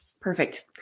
perfect